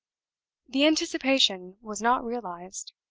the anticipation was not realized.